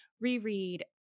reread